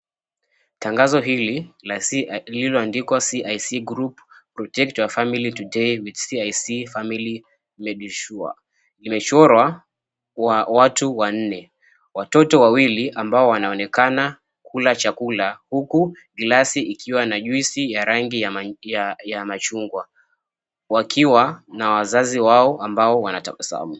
Tangazo hili la CIC, lililoandikwa, CIC Group,[𝑐𝑠] Protect your family today with CIC family 𝑚𝑒𝑑𝑖𝑠𝑢𝑟𝑒[𝑐𝑠]. Imechorwa watu wanne, watoto wawili ambao wanaonekana kula chakula, huku glasi ikiwa na juisi ya rangi ya machungwa. Wakiwa na wazazi wao ambao wanatabasamu.